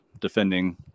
defending